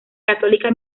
católica